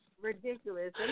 Ridiculous